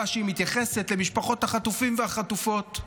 שהיא מתייחסת למשפחות החטופים והחטופות,